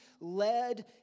led